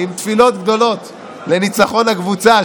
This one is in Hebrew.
עם תפילות גדולות לניצחון הקבוצה,